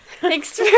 Thanks